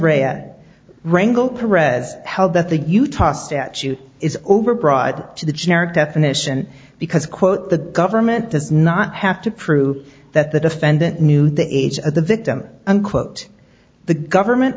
at wrangel perec as hell that the utah statute is overbroad to the generic definition because quote the government does not have to prove that the defendant knew the age of the victim unquote the government